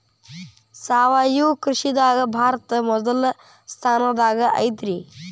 ಸಾವಯವ ಕೃಷಿದಾಗ ಭಾರತ ಮೊದಲ ಸ್ಥಾನದಾಗ ಐತ್ರಿ